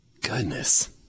Goodness